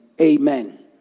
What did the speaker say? amen